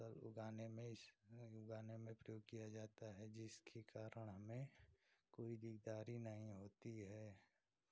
फसल उगाने में इस में उगाने में प्रयोग किया जाता है जिसके कारण हमें कोई दिकदारी नहीं होती है